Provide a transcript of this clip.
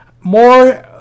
More